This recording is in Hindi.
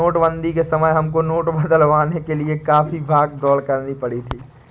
नोटबंदी के समय हमको नोट बदलवाने के लिए काफी भाग दौड़ करनी पड़ी थी